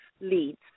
leads